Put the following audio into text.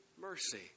mercy